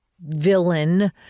Villain